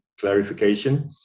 clarification